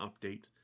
update